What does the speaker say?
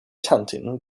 chanting